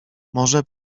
może